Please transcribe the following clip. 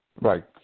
Right